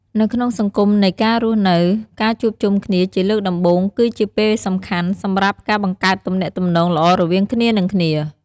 នៅក្នុងសង្គមនៃការរស់នៅ ការជួបជុំគ្នាជាលើកដំបូងគឺជាពេលសំខាន់សម្រាប់ការបង្កើតទំនាក់ទំនងល្អរវាងគ្នានិងគ្នា។